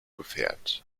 gefärbt